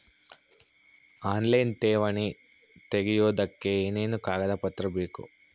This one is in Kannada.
ಆನ್ಲೈನ್ ಠೇವಣಿ ತೆಗಿಯೋದಕ್ಕೆ ಏನೇನು ಕಾಗದಪತ್ರ ಬೇಕು?